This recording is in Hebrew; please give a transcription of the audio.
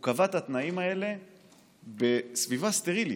הוא קבע את התנאים האלה בסביבה סטרילית,